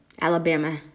Alabama